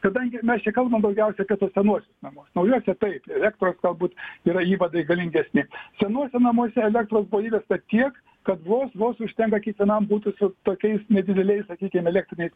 kadangi mes čia kalbam daugiausiai apie tuos senuosius namus naujuose taip elektros galbūt yra įvadai galingesni senuose namuose elektros buvo įvesta tiek kad vos vos užtenka kiekvienam butui su tokiais nedideliais sakykim elektriniais